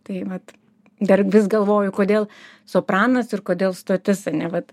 tai vat dar vis galvoju kodėl sopranas ir kodėl stotis ane vat